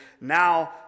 Now